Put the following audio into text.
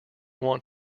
want